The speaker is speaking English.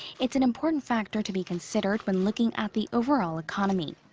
it's an important factor to be considered when looking at the overall economy.